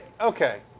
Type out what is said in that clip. okay